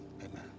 amen